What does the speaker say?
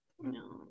No